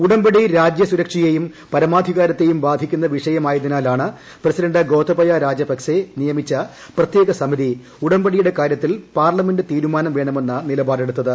ഉടമ്പടി രാജ്യ സുരക്ഷയെയും പരമാധികാരത്തേയും ബാധിക്കുന്ന വിഷയമായതിനാലാണ് പ്രസിഡന്റ് ഗോതബയ രജപക്സെ നിയമിച്ച പ്രത്യേക സമിതി ഉടമ്പടിയുടെ കാര്യത്തിൽ പാർലമെന്റ് തീരുമാനം വേണമെന്ന നിലപാടെടുത്തത്